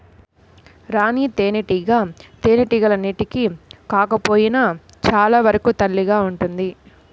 రాణి తేనెటీగ తేనెటీగలన్నింటికి కాకపోయినా చాలా వరకు తల్లిగా ఉంటుంది